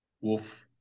Wolf